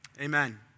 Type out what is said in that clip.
amen